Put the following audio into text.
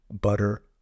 butter